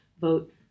vote